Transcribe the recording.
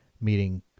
meeting